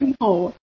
No